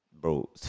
Bro